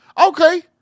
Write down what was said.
Okay